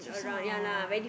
susah